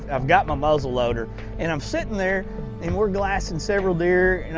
ah i've got my muzzleloader and i'm sitting there and we're glassing several deer.